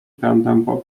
pędem